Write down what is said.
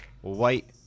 white